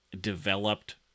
developed